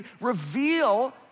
reveal